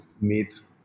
meet